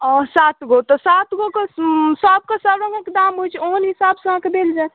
अऽ सातगो तऽ सातगो के सभके सभ रङ्गक दाम होइ छै ओहन हिसाब सँ अहाँके देल जायत